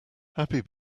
happy